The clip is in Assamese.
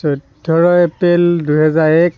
চৈধ্য এপ্ৰিল দুহেজাৰ এক